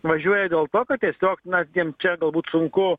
važiuoja dėl to kad tiesiog na jiem čia galbūt sunku